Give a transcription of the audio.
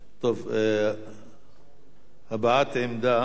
הבעת עמדה,